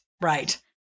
right